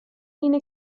اینه